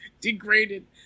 degraded